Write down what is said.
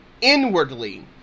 inwardly